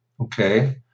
Okay